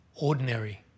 ordinary